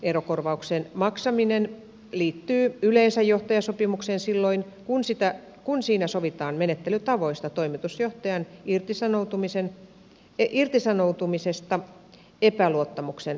erokorvauksen maksaminen liittyy yleensä johtajasopimukseen silloin kun siinä sovitaan menettelytavoista toimitusjohtajan irtisanoutumisesta epäluottamuksen vuoksi